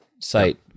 site